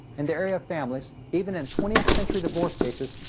in the area of families, even in twentieth century divorce cases,